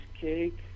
cake